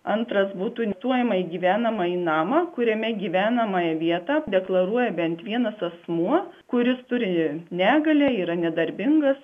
antras būtų investuojama į gyvenamąjį namą kuriame gyvenamąją vietą deklaruoja bent vienas asmuo kuris turi negalią yra nedarbingas